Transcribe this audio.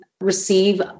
receive